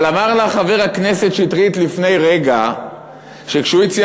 אמר לך חבר הכנסת שטרית לפני רגע שכשהוא הציע